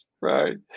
Right